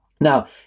Now